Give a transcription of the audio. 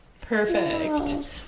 Perfect